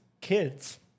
kids